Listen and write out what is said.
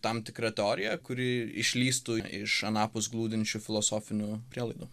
tam tikra teorija kuri išlįstų iš anapus glūdinčių filosofinių prielaidų